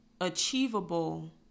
achievable